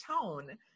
tone